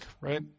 right